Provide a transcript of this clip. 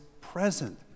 present